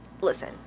listen